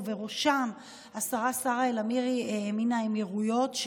ובראשם השרה סארה אל-אמירי מהאמירויות,